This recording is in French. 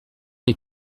les